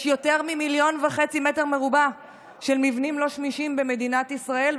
יש יותר מ-1.5 מיליון מ"ר של מבנים לא שמישים במדינת ישראל,